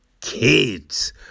Kids